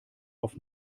auf